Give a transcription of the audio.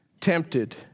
tempted